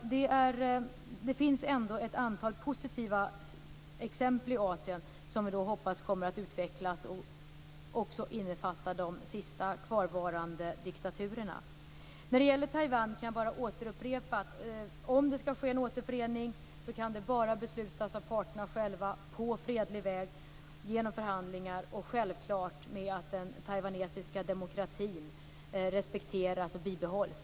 Det finns ett antal positiva exempel i Asien som vi hoppas kommer att utvecklas och också innefatta de sista kvarvarande diktaturerna. När det gäller Taiwan kan jag bara upprepa att om det ska ske en återförening kan det bara beslutas av parterna själva på fredlig väg genom förhandlingar. Självfallet ska den taiwanesiska demokratin respekteras och bibehållas.